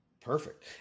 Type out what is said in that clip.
Perfect